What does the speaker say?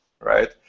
right